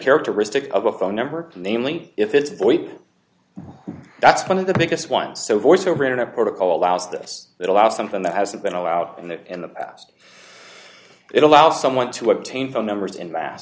characteristic of a phone number namely if it's void that's one of the biggest ones so voice over internet protocol allows this that allows something that hasn't been allowed in the in the past it allows someone to obtain phone numbers in ma